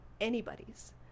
anybody's